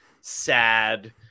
sad